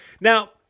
Now